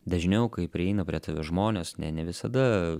dažniau kai prieina prie tave žmonės ne ne visada